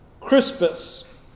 Crispus